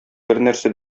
бернәрсә